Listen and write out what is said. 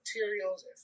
materials